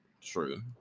True